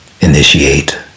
initiate